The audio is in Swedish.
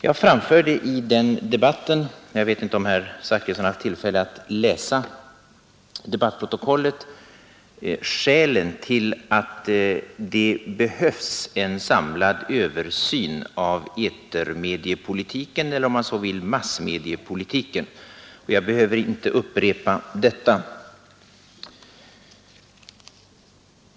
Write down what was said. Jag framförde i den debatten — jag vet inte om statsrådet Zachrisson haft tillfälle att läsa debattprotokollet — skälen till att det behövs en samlad översyn av massmediepolitiken. Jag behöver inte upprepa dem nu.